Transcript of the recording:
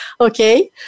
okay